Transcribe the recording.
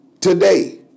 today